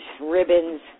ribbons